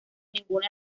ninguna